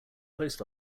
post